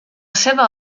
seva